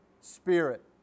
spirit